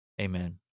amen